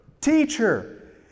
Teacher